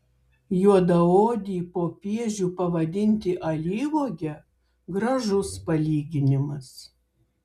juodaodį popiežių pavadinti alyvuoge gražus palyginimas